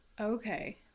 Okay